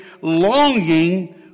longing